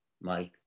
Mike